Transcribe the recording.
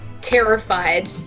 terrified